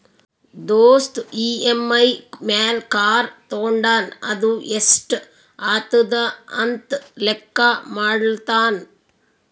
ದೋಸ್ತ್ ಇ.ಎಮ್.ಐ ಮ್ಯಾಲ್ ಕಾರ್ ತೊಂಡಾನ ಅದು ಎಸ್ಟ್ ಆತುದ ಅಂತ್ ಲೆಕ್ಕಾ ಮಾಡ್ಲತಾನ್